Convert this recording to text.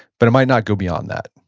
but it might not go beyond that.